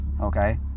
Okay